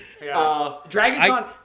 DragonCon